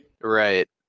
Right